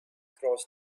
cross